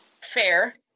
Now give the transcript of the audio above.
Fair